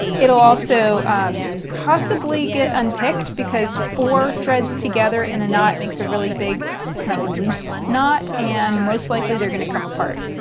it'll also possibly get unpicked because four threads together in a knot makes a really big kind of loose knot and most likely they're going to come apart.